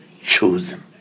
chosen